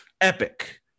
epic